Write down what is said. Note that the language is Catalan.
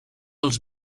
els